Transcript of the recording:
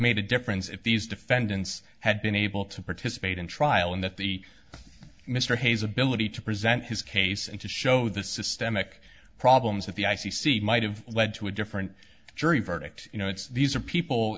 made a difference if these defendants had been able to participate in trial and that the mr hayes ability to present his case and to show the systemic problems with the i c c might have led to a different jury verdict you know it's these are people